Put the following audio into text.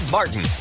Martin